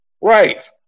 Right